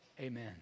Amen